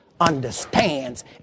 understands